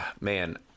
man